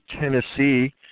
Tennessee